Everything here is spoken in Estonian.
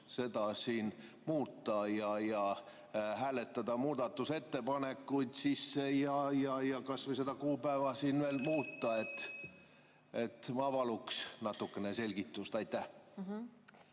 seda siin muuta ja hääletada muudatusettepanekuid sisse, kas või kuupäeva veel muuta. Ma palun natukene selgitust. Aitäh!